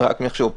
רק מחשוב.